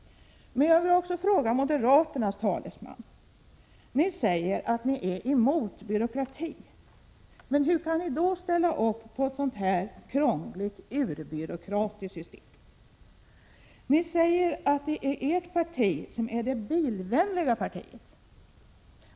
Men jag vill också fråga moderaternas talesman en sak. Ni säger att ni är emot byråkrati. Hur kan ni då ställa upp på ett sådant här krångligt och urbyråkratiskt system? Ni moderater säger också att ert parti är det bilvänliga partiet.